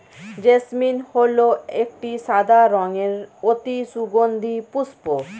jasmine হল একটি সাদা রঙের অতি সুগন্ধি পুষ্প